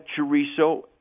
chorizo